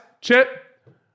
chip